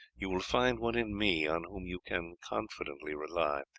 you will find one in me on whom you can confidently rely.